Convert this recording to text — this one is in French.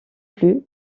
plus